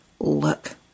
look